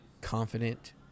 confident